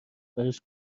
براش